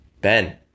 ben